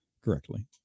correctly